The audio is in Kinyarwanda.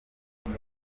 kuri